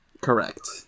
Correct